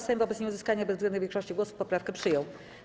Sejm wobec nieuzyskania bezwzględnej większości głosów poprawkę przyjął.